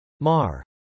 MAR